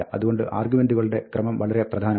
അതുകൊണ്ട് ആർഗ്യുമെന്റുകളുടെ ക്രമം വളരെ പ്രധാനമാണ്